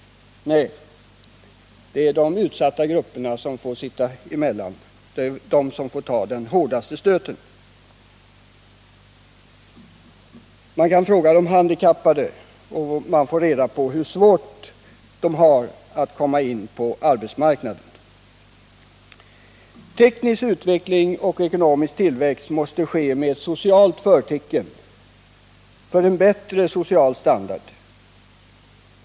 Nej, det är de utsatta grupperna som får sitta emellan. Det är de som får ta den hårdaste stöten. Om man frågar de handikappade, får man reda på hur svårt de har att komma in på arbetsmarknaden. Teknisk utveckling och ekonomisk tillväxt måste ske med socialt förtecken, för en bättre social standard.